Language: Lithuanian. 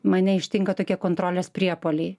mane ištinka tokie kontrolės priepuoliai